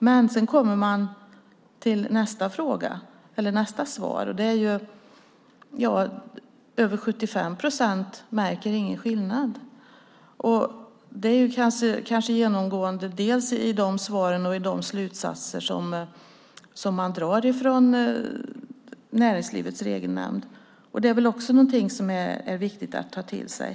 Men samtidigt framgår det att över 75 procent inte märker någon skillnad. Detta är genomgående i svaren och i de slutsatser som man drar i Näringslivets Regelnämnd, och det är väl också viktigt att ta till sig.